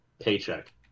paycheck